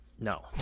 no